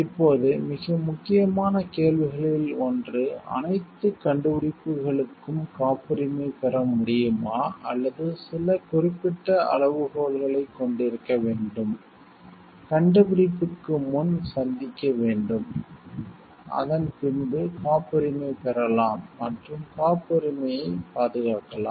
இப்போது மிக முக்கியமான கேள்விகளில் ஒன்று அனைத்து கண்டுபிடிப்புகளுக்கும் காப்புரிமை பெற முடியுமா அல்லது சில குறிப்பிட்ட அளவுகோல்களைக் கொண்டிருக்க வேண்டும் கண்டுபிடிப்புக்கு முன் சந்திக்க வேண்டும் அதன்பின்பு காப்புரிமை பெறலாம் மற்றும் காப்புரிமையைப் பாதுகாக்கலாம்